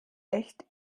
echt